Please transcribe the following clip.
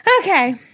okay